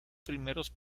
primeros